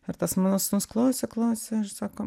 ir tas mano sūnus klausė klausė ir sako